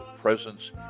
presence